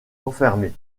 enfermer